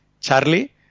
Charlie